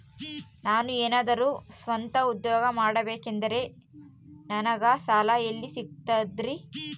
ನಾನು ಏನಾದರೂ ಸ್ವಂತ ಉದ್ಯೋಗ ಮಾಡಬೇಕಂದರೆ ನನಗ ಸಾಲ ಎಲ್ಲಿ ಸಿಗ್ತದರಿ?